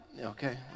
Okay